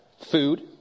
food